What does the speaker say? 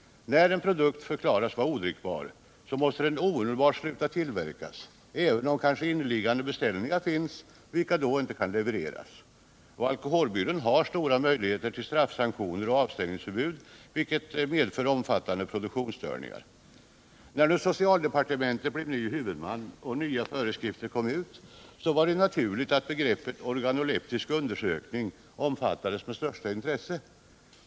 När en produkt förklaras odrickbar måste tillverkningen omedelbart sluta även om inneliggande beställningar finns, vilka då inte kan levereras. Alkoholbyrån har stora möjligheter till fraktsanktioner och avstängningsförbud, som medför omfattande produktionsstörningar. När nu socialdepartementet blev ny huvudman och nya föreskrifter kom ut, så var det naturligt att begreppet organoleptisk undersökning omfattades med största intresse.